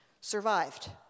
survived